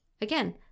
Again